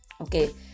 Okay